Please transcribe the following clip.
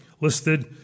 listed